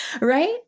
right